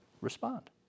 respond